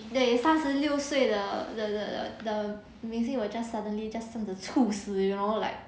对三十六岁的 the the the 的明星 will just suddenly just want to 猝死 you know like